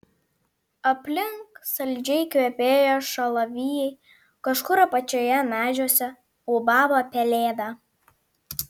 aplink saldžiai kvepėjo šalavijai kažkur apačioje medžiuose ūbavo pelėda